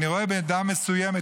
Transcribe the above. אני רואה במידה מסוימת,